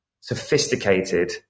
sophisticated